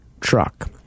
truck